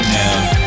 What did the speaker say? now